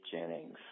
Jennings